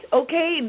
okay